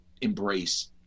embrace